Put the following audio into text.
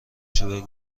چوب